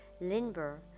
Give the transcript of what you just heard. Lindbergh